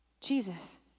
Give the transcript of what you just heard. Jesus